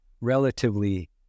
relatively